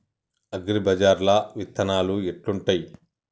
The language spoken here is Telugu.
అగ్రిబజార్ల విత్తనాలు ఎట్లుంటయ్?